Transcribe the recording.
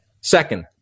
Second